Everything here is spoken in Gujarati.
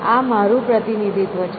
આ મારું પ્રતિનિધિત્વ છે